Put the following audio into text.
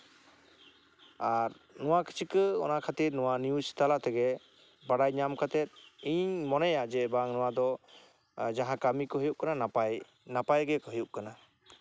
ᱟᱨ ᱱᱚᱣᱟ ᱪᱤᱠᱟᱹ ᱚᱱᱟ ᱠᱷᱟᱹᱛᱚᱨ ᱱᱚᱣᱟ ᱱᱤᱭᱩᱡ ᱛᱟᱞᱟᱛᱮᱜᱮ ᱵᱟᱰᱟᱭ ᱧᱟᱢ ᱠᱟᱛᱮ ᱤᱧ ᱢᱚᱱᱮᱭᱟ ᱡᱮ ᱵᱟᱝ ᱱᱚᱣᱟ ᱫᱚ ᱡᱟᱦᱟᱸ ᱠᱟᱹᱢᱤ ᱠᱚ ᱦᱩᱭᱩᱜ ᱠᱟᱱᱟ ᱱᱟᱯᱟᱭ ᱜᱮ ᱦᱩᱭᱩᱜ ᱠᱟᱱᱟ